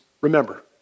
remember